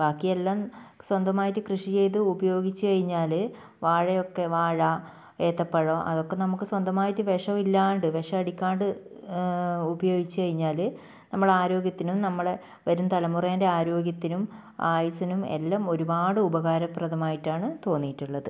ബാക്കിയെല്ലാം സ്വന്തമായിട്ട് കൃഷി ചെയ്ത് ഉപയോഗിച്ചുകഴിഞ്ഞാൽ വാഴയൊക്കെ വാഴ ഏത്തപ്പഴം അതൊക്കെ നമുക്ക് സ്വന്തമായിട്ട് വിഷം ഇല്ലാണ്ട് വിഷം അടിക്കാണ്ട് ഉപയോഗിച്ച് കഴിഞ്ഞാൽ നമ്മുടെ ആരോഗ്യത്തിനും നമ്മുടെ വരും തലമുറേൻ്റെ ആരോഗ്യത്തിനും ആയുസ്സിനും എല്ലാം ഒരുപാട് ഉപകാരപ്രദമായിട്ടാണ് തോന്നിയിട്ടുള്ളത്